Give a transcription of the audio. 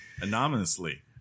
Anonymously